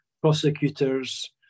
prosecutors